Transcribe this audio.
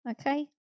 Okay